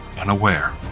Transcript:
unaware